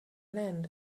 land